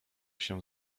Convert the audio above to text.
się